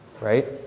right